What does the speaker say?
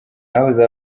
habuze